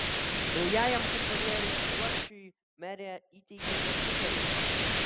naujajam kontrolieriui juočiui merė įteikė kompiuterį